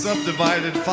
Subdivided